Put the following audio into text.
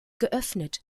geöffnet